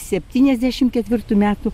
septyniasdešimt kevritų metų